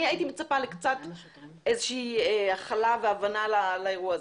אני הייתי מצפה לאיזושהי הכלה והבנה לאירוע הזה.